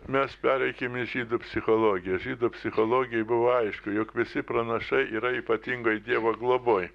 mes pereikim į žydų psichologiją žydų psichologijoj buvo aišku jog visi pranašai yra ypatingoj dievo globoj